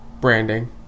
Branding